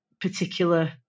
particular